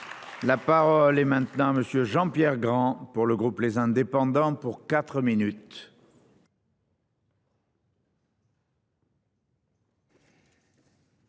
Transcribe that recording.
La parole est maintenant Monsieur Jean-Pierre Grand. Pour le groupe les indépendants pour 4 minutes.